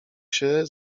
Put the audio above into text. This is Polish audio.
się